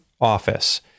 office